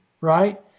right